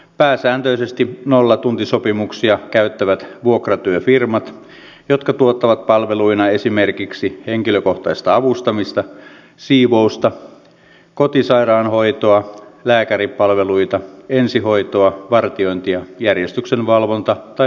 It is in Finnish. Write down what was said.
pääsääntöisesti nollatuntisopimuksia käyttävät vuokratyöfirmat jotka tuottavat palveluina esimerkiksi henkilökohtaista avustamista siivousta kotisairaanhoitoa lääkäripalveluita ensihoitoa vartiointia järjestyksenvalvontaa tai myyntitöitä